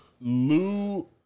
Lou